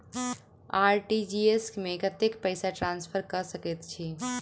RTGS मे कतेक पैसा ट्रान्सफर कऽ सकैत छी?